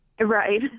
Right